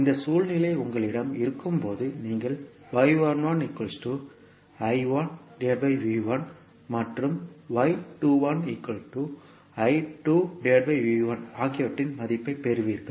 இந்த சூழ்நிலை உங்களிடம் இருக்கும் போது நீங்கள் மற்றும் ஆகியவற்றின் மதிப்பைப் பெறுவீர்கள்